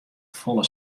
folle